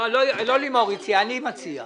לא לימור הציעה, אני מציע.